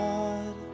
God